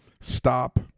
stop